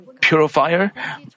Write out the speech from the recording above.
purifier